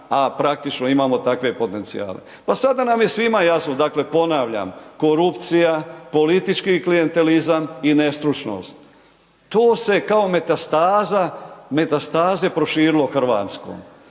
a praktično imamo takve potencijale. Pa sada nam je svima jasno, dakle, ponavljam, korupcija, politički klijentelama i nestručnost, to se kao metastaza, metastaze proširilo Hrvatskom.